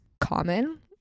common